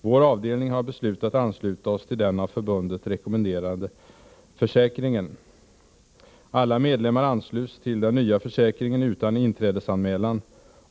Vår avdelning har beslutat ansluta oss till den av förbundet rekommenderade försäkringen —— Alla medlemmar ansluts till den nya försäkringen utan inträdesanmälan.